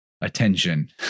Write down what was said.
attention